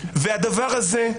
הדבר הזה,